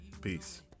Peace